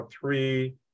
three